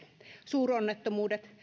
suuronnettomuudet